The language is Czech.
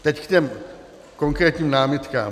Teď k těm konkrétním námitkám.